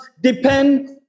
depend